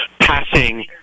passing